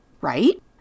right